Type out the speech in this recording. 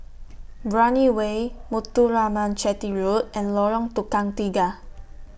Brani Way Muthuraman Chetty Road and Lorong Tukang Tiga